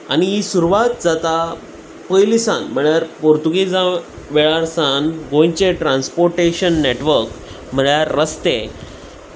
आनी ही सुरवात जाता पयलीं सावन म्हळ्यार पोर्तुगेजां वेळार सावन गोंयचें ट्रान्सपोर्टेशन नॅटवर्क म्हळ्यार रस्ते